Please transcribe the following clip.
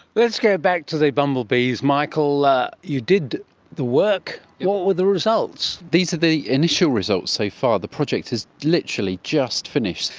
let's go back to the bumblebees michael, you did the work, what were the results? these are the initial results so far. the project is literally just finished.